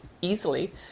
easily